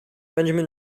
benjamin